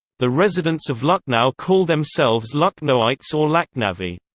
the residents of lucknow call themselves lucknowites or lakhnavi.